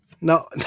No